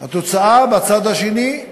התוצאה בצד השני,